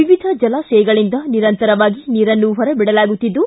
ವಿವಿಧ ಜಲಾಶಯಗಳಿಂದ ನಿರಂತರವಾಗಿ ನೀರನ್ನು ಹೊರಬಿಡಲಾಗುತ್ತಿದ್ದು